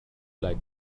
like